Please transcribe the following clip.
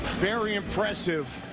very impressive